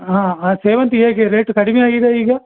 ಹಾಂ ಆ ಸೇವಂತಿಗೆ ಹೇಗೆ ರೇಟು ಕಡಿಮೆ ಆಗಿದಾ ಈಗ